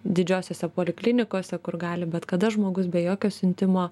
didžiosiose poliklinikose kur gali bet kada žmogus be jokio siuntimo